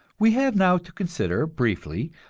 we have now to consider, briefly,